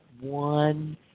one